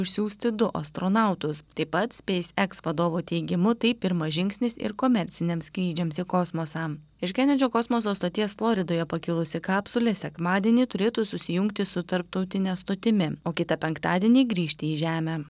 išsiųsti du astronautus taip pat speis eks vadovo teigimu tai pirmas žingsnis ir komerciniams skrydžiams į kosmosą iš kenedžio kosmoso stoties floridoje pakilusi kapsulė sekmadienį turėtų susijungti su tarptautine stotimi o kitą penktadienį grįžti į žemę